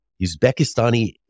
Uzbekistani